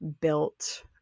built